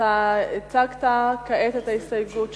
הצגת כעת את ההסתייגות שלך.